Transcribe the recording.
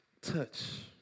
touch